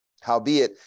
Howbeit